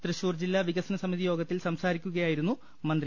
തൃശ്ശൂർ ജില്ലാ വികസ സമിതിയോഗത്തിൽ സംസാരിക്കുകയായിരുന്നു മന്ത്രി